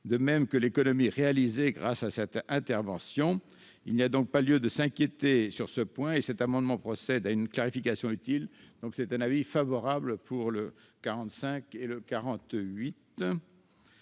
de même que l'économie réalisée grâce à cette intervention. Il n'y a donc pas lieu de s'inquiéter sur ce point et cet amendement procède à une clarification utile. La commission émet un avis favorable. En ce qui